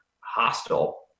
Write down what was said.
hostile